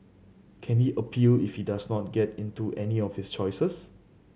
can he appeal if he does not get into any of his choices